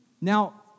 Now